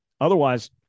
Otherwise